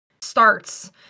starts